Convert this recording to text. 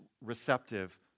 receptive